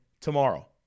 tomorrow